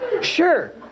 Sure